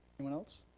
anyone else?